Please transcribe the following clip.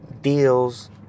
deals